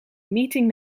meeting